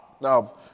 Now